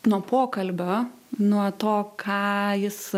nuo pokalbio nuo to ką jis